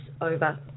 over